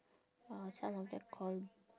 uh some of them cause